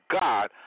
God